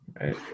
Right